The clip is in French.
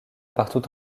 partout